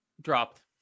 Dropped